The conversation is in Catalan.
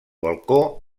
balcó